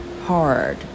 hard